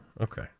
Okay